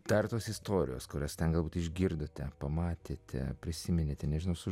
dar tos istorijos kurias ten galbūt išgirdote pamatėte prisiminėte nežinau su